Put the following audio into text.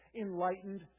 Enlightened